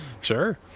Sure